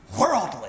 worldly